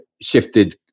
shifted